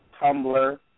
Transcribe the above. Tumblr